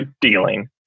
dealing